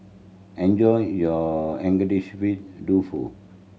enjoy your Agedashi way Dofu